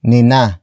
Nina